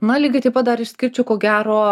na lygiai taip pat dar išskirčiau ko gero